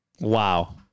Wow